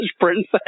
princess